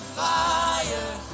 fire